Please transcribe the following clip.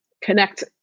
connect